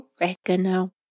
oregano